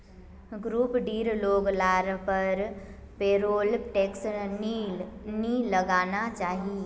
group डीर लोग लार पर पेरोल टैक्स नी लगना चाहि